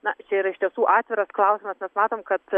na čia yra iš tiesų atviras klausimas mes matom kad